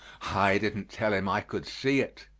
i didn't tell him i could see it.